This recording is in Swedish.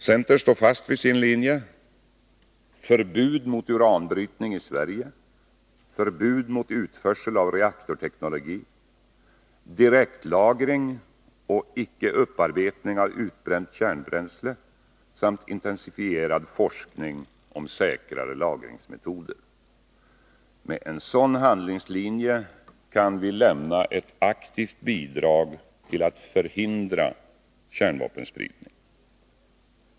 Centern står fast vid sin linje: förbud mot uranbrytning i Sverige, förbud mot utförsel av reaktorteknologi, direktlagring och icke upparbetning av utbränt kärnbränsle samt intensifierad forskning om säkrare lagringsmetoder. Med en sådan handlingslinje kan vi lämna ett aktivt bidrag till att förhindra kärnvapenspridning.